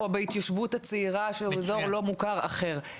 או בהתיישבות הצעירה של אזור לא מוכר אחר.